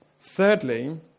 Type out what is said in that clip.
Thirdly